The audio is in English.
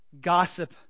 gossip